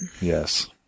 Yes